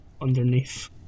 underneath